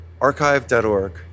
Archive.org